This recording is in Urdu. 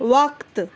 وقت